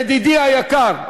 ידידי היקר,